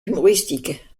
humoristique